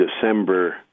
December